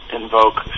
invoke